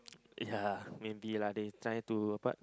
ya maybe lah they trying to but